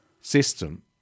system